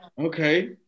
Okay